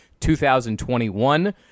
2021